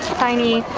tiny,